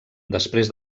després